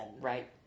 Right